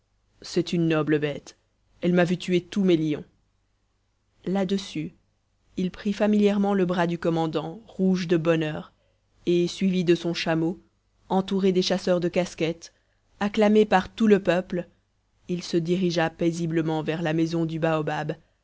c'est une noble bête elle m'a vu tuer tous mes lions là-dessus il prit familièrement le bras du commandant rouge de bonheur et suivi de son chameau entouré des chasseurs de casquettes acclamé par tout le peuple il se dirigea paisiblement vers la maison du baobab